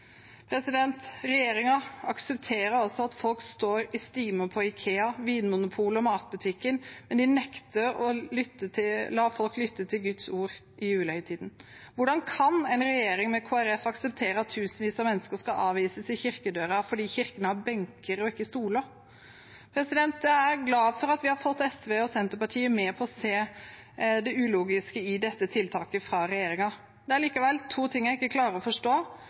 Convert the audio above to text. aksepterer altså at folk står i stimer på IKEA, Vinmonopolet og matbutikken, men de nekter å la folk lytte til Guds ord i julehøytiden. Hvordan kan en regjering med Kristelig Folkeparti akseptere at tusenvis av mennesker skal avvises i kirkedøren fordi kirken har benker og ikke stoler? Jeg er glad for at vi har fått SV og Senterpartiet med på å se det ulogiske i dette tiltaket fra regjeringen. Det er likevel to ting jeg ikke klarer å forstå.